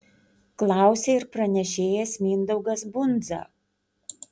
klausė ir pranešėjas mindaugas bundza